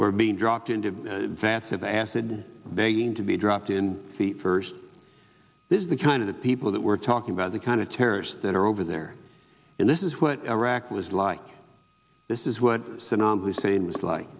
we're being dropped into a vast of acid begging to be dropped in the first this is the kind of the people that we're talking about the kind of terrorists that are over there and this is what iraq was like this is what saddam hussein was like